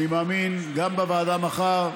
אני מאמין, גם בוועדה מחר.